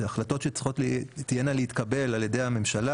אלה החלטות שתהיינה צריכות להתקבל על ידי הממשלה,